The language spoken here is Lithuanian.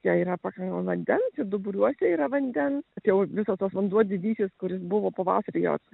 jei yra pakankamai vandens duburiuose yra vandens jau visas tas vanduo didysis kuris buvo pavasarį jo